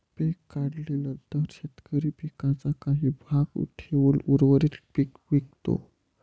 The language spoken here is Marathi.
पीक काढणीनंतर शेतकरी पिकाचा काही भाग ठेवून उर्वरित पीक विकतो